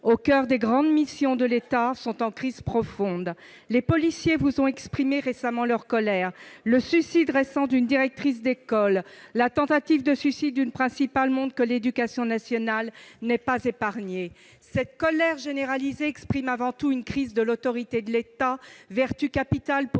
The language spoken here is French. au coeur des grandes missions de l'État sont en crise profonde. Les policiers vous ont exprimé récemment leur colère ; le suicide récent d'une directrice d'école, la tentative de suicide d'une principale montrent que l'éducation nationale n'est pas épargnée. Cette colère généralisée exprime avant tout une crise de l'autorité de l'État, vertu capitale pour